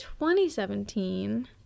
2017